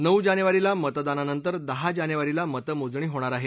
नऊ जानेवारीला मतदानानंतर दहा जानेवारीला मतमोजणी होणार आहे